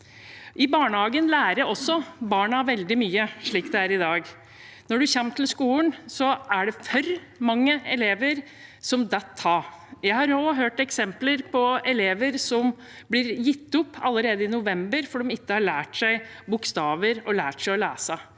I barnehagen lærer også barna veldig mye, slik det er i dag. Når de kommer til skolen, er det for mange elever som detter av. Jeg har også hørt eksempler på at elever blir gitt opp allerede i november, fordi de ikke har lært seg bokstaver og lært seg å lese.